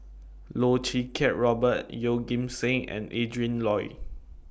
Loh Choo Kiat Robert Yeoh Ghim Seng and Adrin Loi